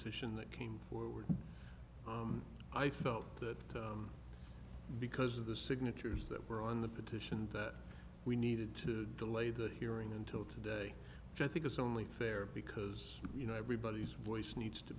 tition that came forward i thought that because of the signatures that were on the petition that we needed to delay the hearing until today i think it's only fair because you know everybody's voice needs to